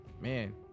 man